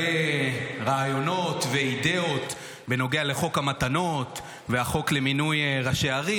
לגבי רעיונות ואידיאות בנוגע לחוק המתנות והחוק למינוי ראשי ערים.